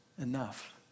enough